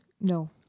No